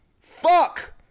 Fuck